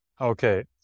Okay